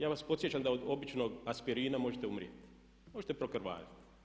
Ja vas podsjećam da od obično aspirina možete umrijeti, možete prokrvariti.